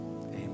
Amen